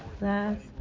last